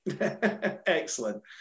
Excellent